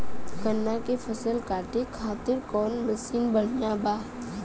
गन्ना के फसल कांटे खाती कवन मसीन बढ़ियां बा?